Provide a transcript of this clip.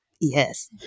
yes